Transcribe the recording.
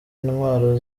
intwaro